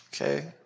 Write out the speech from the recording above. Okay